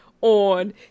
on